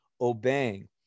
obeying